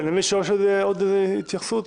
יש למישהו עוד התייחסות?